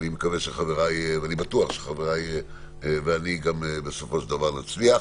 אני בטוח שחבריי ואני גם בסופו של דבר נצליח,